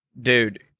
Dude